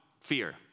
fear